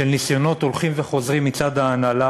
לניסיונות הולכים וחוזרים מצד ההנהלה